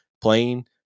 playing